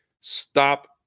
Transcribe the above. stop